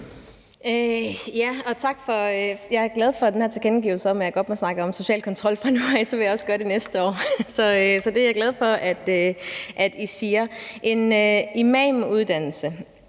jeg er glad for den her tilkendegivelse af, at jeg også godt må tale om social kontrol fra nu af, og så vil jeg også gøre det næste år. Så det er jeg glad for at I siger. I forhold til en